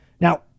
Now